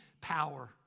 power